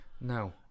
No